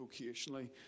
vocationally